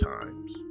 times